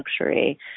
luxury